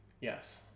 Yes